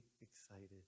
excited